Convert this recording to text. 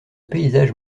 paysage